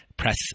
Press